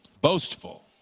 boastful